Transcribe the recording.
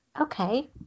Okay